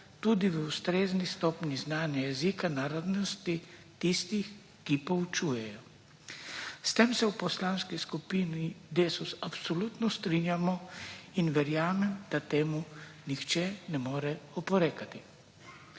tudi v ustrezni stopnji znanja jezika narodnosti tistih, ki poučujejo. S tem se v Poslanski skupini Desus absolutno strinjamo in verjamem, da temu nihče ne more oporekati.